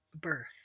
birth